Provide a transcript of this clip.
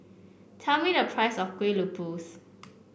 tell me the price of Kuih Lopes